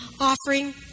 offering